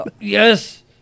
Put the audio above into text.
Yes